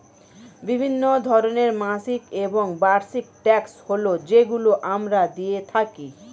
বিভিন্ন ধরনের মাসিক এবং বার্ষিক ট্যাক্স হয় যেগুলো আমরা দিয়ে থাকি